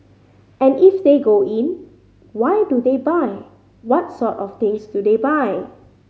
and if they go in why do they buy what sort of things do they buy